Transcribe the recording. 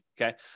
okay